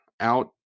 out